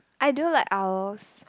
I do like owls